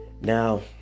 Now